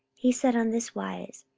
he said on this wise,